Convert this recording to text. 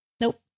nope